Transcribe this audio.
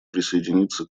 присоединиться